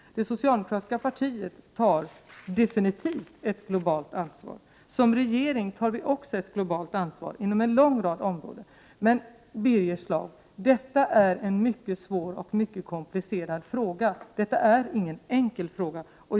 Det socialdemokratiska partiet tar definitivt ett globalt ansvar. Som regering tar vi också ett globalt ansvar inom en lång rad områden. Men, Birger Schlaug, detta är en mycket svår, komplicerad fråga. Detta är ingen enkel fråga.